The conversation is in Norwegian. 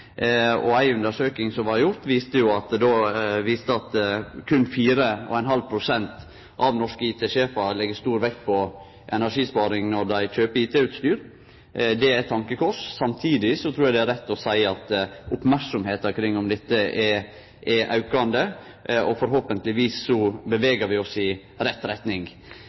energiforbruk. Ei undersøking som blei gjord, viste at berre 4,5 pst. av norske IT-sjefar legg stor vekt på energisparing når dei kjøper IT-utstyr. Det er ein tankekross. Samtidig trur eg det er rett å seie at merksemda omkring dette er aukande, og forhåpentlegvis bevegar vi oss i rett retning.